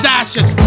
ashes